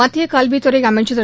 மத்திய கல்வித்துறை அமைச்ச் திரு